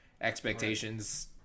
expectations